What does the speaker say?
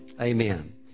Amen